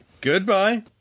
Goodbye